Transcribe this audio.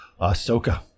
Ahsoka